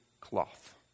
cloth